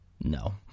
no